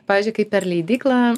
pavyzdžiui kai per leidyklą